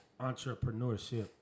entrepreneurship